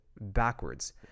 backwards